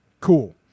Cool